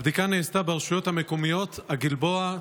הבדיקה נעשתה ברשויות המקומיות הגלבוע,